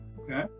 okay